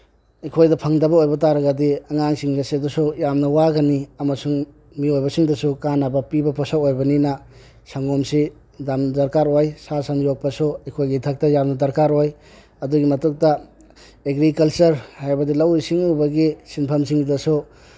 ꯑꯩꯈꯣꯏꯗ ꯐꯪꯗꯕ ꯑꯣꯏꯕ ꯇꯥꯔꯒꯗꯤ ꯑꯉꯥꯡꯁꯤꯡꯗꯁꯨ ꯌꯥꯝꯅ ꯋꯥꯒꯅꯤ ꯑꯃꯁꯨꯡ ꯃꯤꯑꯣꯏꯕꯁꯤꯡꯗꯁꯨ ꯀꯥꯅꯕ ꯄꯤꯕ ꯄꯣꯁꯛ ꯑꯣꯏꯕꯅꯤꯅ ꯁꯪꯒꯣꯝꯁꯤ ꯌꯥꯝ ꯗꯔꯀꯥꯔ ꯑꯣꯏ ꯁꯥ ꯁꯟ ꯌꯣꯛꯄꯁꯨ ꯑꯩꯈꯣꯏꯒꯤ ꯏꯊꯛꯇ ꯌꯥꯝꯅ ꯗꯔꯀꯥꯔ ꯑꯣꯏ ꯑꯗꯨꯒꯤ ꯃꯊꯛꯇ ꯑꯦꯒ꯭ꯔꯤꯀꯜꯆꯔ ꯍꯥꯏꯕꯗꯤ ꯂꯧꯎ ꯁꯤꯡꯎꯕꯒꯤ ꯁꯤꯟꯐꯝꯁꯤꯡꯗꯁꯨ